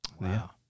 wow